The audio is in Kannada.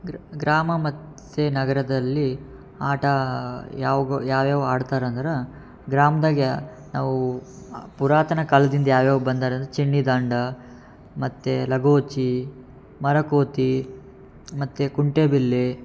ಗ್ರ್ ಗ್ರಾಮ ಮತ್ತು ಸೆ ನಗರದಲ್ಲಿ ಆಟ ಯಾವ್ಗ್ ಯಾವ ಯಾವ ಆಡ್ತಾರೆ ಅಂದ್ರೆ ಗ್ರಾಮ್ದಾಗ ಯ ನಾವು ಪುರಾತನ ಕಾಲ್ದಿಂದ ಯಾವ ಯಾವ ಬಂದಾರೆ ಅಂದ್ರೆ ಚಿನ್ನಿದಾಂಡು ಮತ್ತು ಲಗೋರಿ ಮರಕೋತಿ ಮತ್ತು ಕುಂಟೆಬಿಲ್ಲೆ